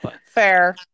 Fair